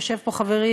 יושב פה חברי,